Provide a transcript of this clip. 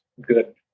good